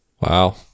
Wow